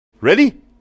Ready